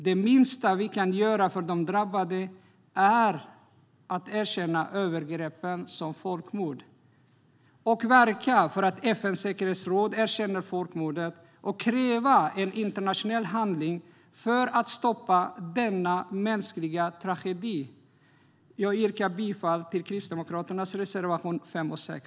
Det minsta vi kan göra för de drabbade är att erkänna övergreppen som folkmord, verka för att FN:s säkerhetsråd erkänner folkmordet och kräva internationell handling för att stoppa denna mänskliga tragedi. Jag yrkar bifall till Kristdemokraternas reservationer 5 och 6.